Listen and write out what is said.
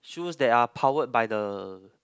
shoes that are powered by the